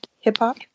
hip-hop